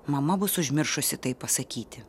mama bus užmiršusi tai pasakyti